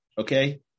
okay